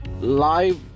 live